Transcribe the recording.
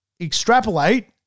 extrapolate